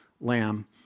lamb